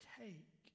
take